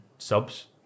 subs